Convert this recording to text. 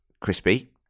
Crispy